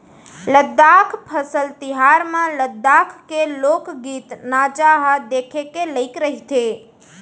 लद्दाख फसल तिहार म लद्दाख के लोकगीत, नाचा ह देखे के लइक रहिथे